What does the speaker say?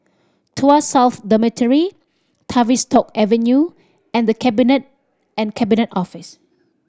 Tuas South Dormitory Tavistock Avenue and The Cabinet and Cabinet Office